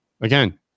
Again